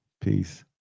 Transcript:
peace